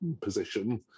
position